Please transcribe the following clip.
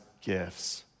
gifts